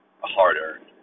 hard-earned